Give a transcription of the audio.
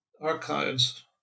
archives